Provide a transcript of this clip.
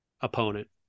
opponent